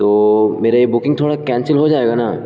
تو میرے یہ بکنگ تھوڑا کینسل ہو جائے گا نا